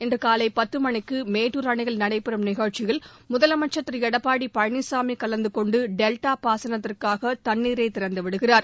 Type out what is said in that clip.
இன்று காலை பத்து மணிக்கு மேட்டூர் அணையில் நடைபெறும் நிகழ்ச்சியில் முதலமைச்சர் திரு எடப்பாடி பழனிசாமி கலந்து கொண்டு டெல்டா பாசனத்திற்காக தண்ணீரை திறந்து விடுகிறார்